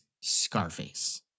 Scarface